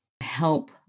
help